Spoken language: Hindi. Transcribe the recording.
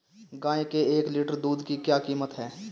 गाय के एक लीटर दूध की क्या कीमत है?